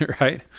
right